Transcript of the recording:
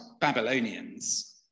Babylonians